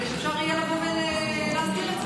כדי שאפשר יהיה להסדיר את זה.